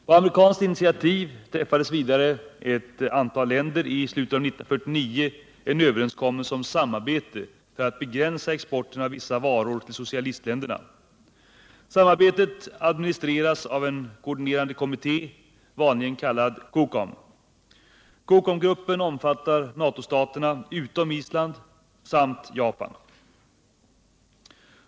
På amerikanskt initiativ träffade vidare ett antal länder i slutet av 1949 en överenskommelse om samarbete för att begränsa exporten av vissa varor till socialistländerna. Samarbetet administreras av en koordinerande kommitté vanligen kallad COCOM. COCOM-gruppen omfattar NATO-staterna utom Island samt Japan.